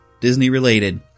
Disney-related